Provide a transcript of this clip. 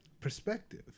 perspective